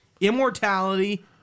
Immortality